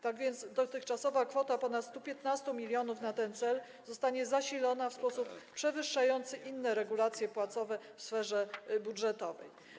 Tak więc dotychczasowa kwota ponad 115 mln na ten cel zostanie zasilona w sposób przewyższający inne regulacje płacowe w sferze budżetowej.